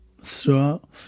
throughout